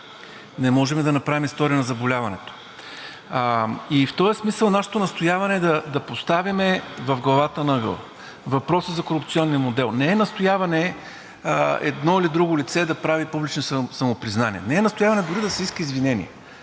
не можем да направим история на заболяването. В този смисъл нашето настояване е да поставим в главата на ъгъла въпроса за корупционния модел. Не е настояване едно или друго лице да прави публични самопризнания, не е настояване дори да се иска извинение.